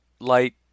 light